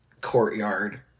courtyard